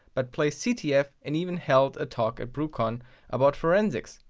but plays ctf and even held a talk at brucon about forensics.